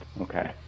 Okay